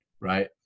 right